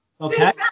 okay